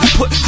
Put